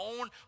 own